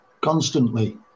constantly